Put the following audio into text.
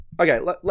okay